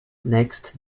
next